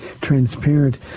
transparent